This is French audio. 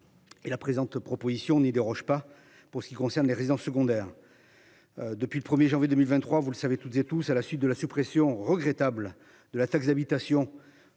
Et la présente proposition n'y déroge pas pour ce qui concerne les résidences secondaires. Depuis le 1er janvier 2023, vous le savez toutes et tous à la suite de la suppression regrettable de la taxe d'habitation.